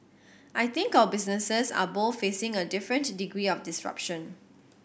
I think our businesses are both facing a different degree of disruption